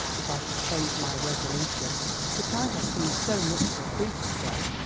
if i shou'd change my resolution but i have seen so much of a priest to-day,